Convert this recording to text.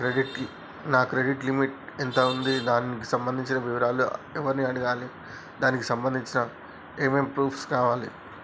నా credit limit ఎంత ఉంది? దానికి సంబంధించిన వివరాలు ఎవరిని అడగాలి? దానికి సంబంధించిన ఏమేం ప్రూఫ్స్ కావాలి?